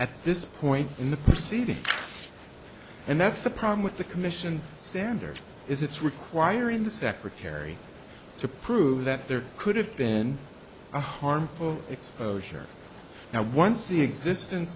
at this point in the proceedings and that's the problem with the commission standard is it's requiring the secretary to prove that there could have been a harmful exposure now once the existence